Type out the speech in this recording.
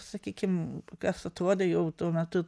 sakykim kas atrodė jau tuo metu